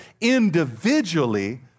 individually